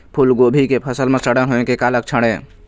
फूलगोभी के फसल म सड़न होय के लक्षण का ये?